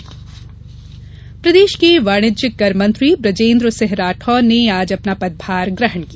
पदभार प्रदेश के वाणिज्यिक कर मंत्री वुजेन्द्र सिंह राठौर ने आज अपना पदभार ग्रहण किया